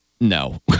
no